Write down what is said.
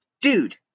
Dude